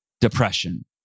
depression